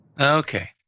Okay